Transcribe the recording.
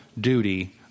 duty